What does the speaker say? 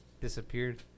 Disappeared